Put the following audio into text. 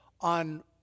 on